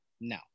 no